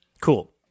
Cool